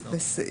ספורט.